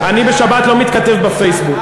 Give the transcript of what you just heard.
אני בשבת לא מתכתב בפייסבוק.